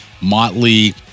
Motley